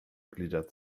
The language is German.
gliedert